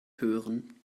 hören